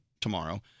tomorrow